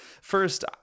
first